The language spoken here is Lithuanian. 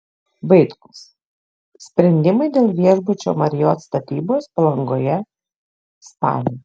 vaitkus sprendimai dėl viešbučio marriott statybos palangoje spalį